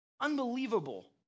unbelievable